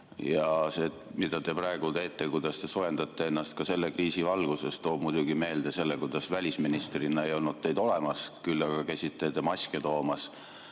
See, mida te praegu teete, kuidas te soojendate ennast selle kriisi valguses, toob muidugi meelde selle, kuidas välisministrina ei olnud teid olemas, küll aga käisite te lennuväljal